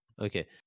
Okay